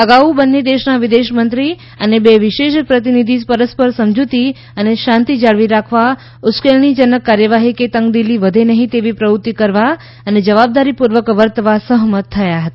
અગાઉ બંને દેશના વિદેશમંત્રી અને બે વિશેષ પ્રતિનિધિ પરસ્પર સમજૂતી અને શાંતિ જાળવી રાખવા ઉશ્કેરણીજનક કાર્યવાહી કે તંગદિલી વધે તેવી પ્રવૃત્તિ નહીં કરવા અને જવાબદારીપૂર્વક વર્તવા સહમત થયા હતા